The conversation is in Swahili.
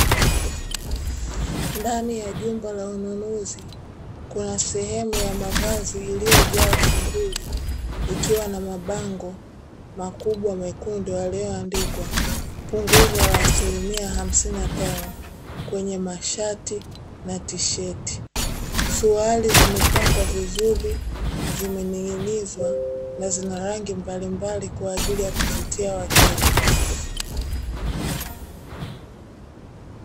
Ndani ya jumba la ununuzi kuna sehemu ya mavazi iliyojaa shuhuli ikiwa na mabango makubwa mekundu yaliyoandikwa punguzo la asilimia hamthini na tano kwenye mashati na tisheti suruali zimepangwa vizuri na zimeninginizwa na zina rangi mbalimbali kwaajili ya kuvutia wateja.